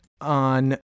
on